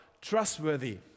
Trustworthy